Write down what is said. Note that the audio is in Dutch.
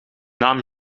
naam